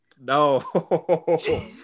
No